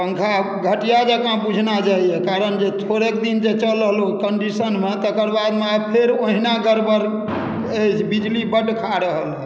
पँखा घटिया जेकाँ बुझना जाइया कारण जे थोड़ेक दिन जे चलल ओ कन्डिशनमे तेकर बादमे आब फेर ओहिना गड़बड़ अछि बिजली बड्ड खा रहल अछि